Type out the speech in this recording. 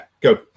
Go